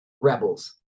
rebels